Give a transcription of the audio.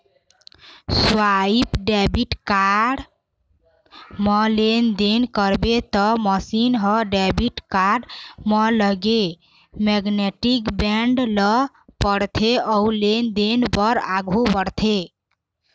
swipe debit card म लेनदेन करबे त मसीन ह डेबिट कारड म लगे मेगनेटिक बेंड ल पड़थे अउ लेनदेन बर आघू बढ़थे